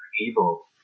evil